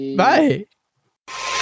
bye